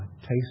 Taste